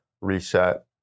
reset